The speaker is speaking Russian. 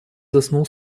заснул